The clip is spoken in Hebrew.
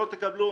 לא תקבלו,